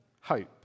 hope